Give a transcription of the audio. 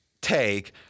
take